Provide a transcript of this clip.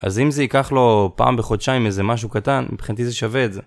אז אם זה ייקח לו פעם בחודשיים איזה משהו קטן, מבחינתי זה שווה את זה.